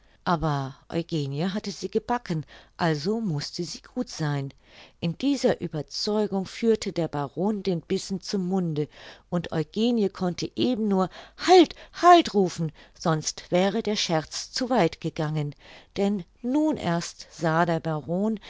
aber eugenie hatte sie gebacken also mußte sie gut sein in dieser ueberzeugung führte der baron den bissen zum munde und eugenie konnte eben nur halt halt rufen sonst wäre der scherz zu weit gegangen denn nun erst sah der baron